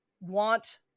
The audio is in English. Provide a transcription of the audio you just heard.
want